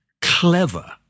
clever